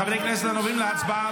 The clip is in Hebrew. חבר הכנסת לוי, שניונת.